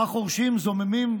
זוממים,